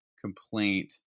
complaint